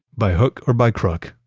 by hook or by crook,